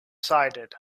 sided